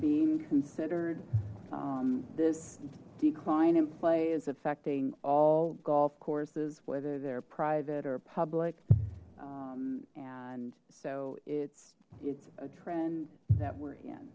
being considered this decline in play is affecting all golf courses whether they're private or public and so it's it's a trend that we're in